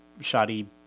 shoddy